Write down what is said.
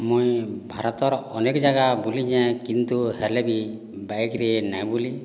ମୁଁ ଭାରତର ଅନେକ ଜାଗା ବୁଲିଛି କିନ୍ତୁ ହେଲେ ବି ବାଇକ୍ରେ ନାହିଁ ବୁଲି